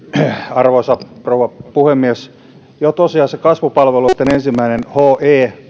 arvoisa rouva puhemies tosiaan se kasvupalveluitten ensimmäinen he